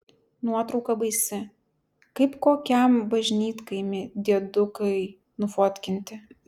nuotrauka baisi kaip kokiam bažnytkaimy diedukai nufotkinti